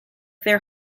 their